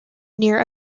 near